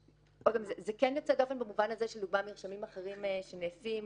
זה כן יוצא דופן במובן הזה שלדוגמה מרשמים אחרים שנעשים,